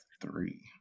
three